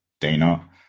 Dana